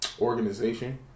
organization